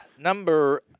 number